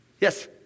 Yes